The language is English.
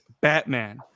Batman